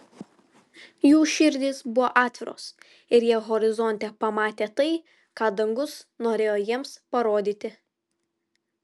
jų širdys buvo atviros ir jie horizonte pamatė tai ką dangus norėjo jiems parodyti